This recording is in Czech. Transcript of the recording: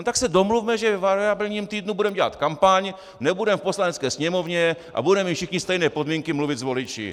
Tak se domluvme, že ve variabilním týdnu budeme dělat kampaň, nebudeme v Poslanecké sněmovně a budeme mít všichni stejné podmínky mluvit s voliči.